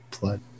blood